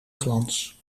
glans